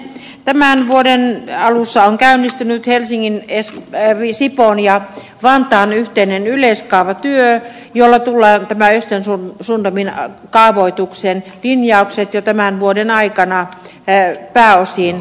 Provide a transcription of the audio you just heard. tämän vuoden alussa on käynnistynyt helsingin sipoon ja vantaan yhteinen yleiskaavatyö jolla tullaan nämä östersundomin kaavoituksen linjaukset jo tämän vuoden aikana pääosin tekemään